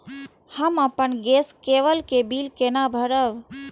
हम अपन गैस केवल के बिल केना भरब?